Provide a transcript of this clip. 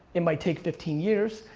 it might take fifteen years,